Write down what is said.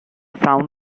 frown